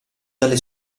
delle